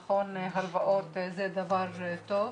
נכון, הלוואות זה דבר טוב,